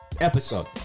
episode